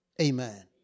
Amen